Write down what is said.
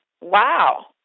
wow